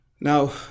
Now